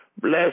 Bless